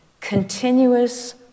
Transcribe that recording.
continuous